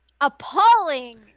appalling